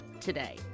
today